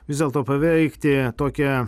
vis dėlto paveikti tokią